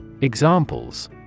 Examples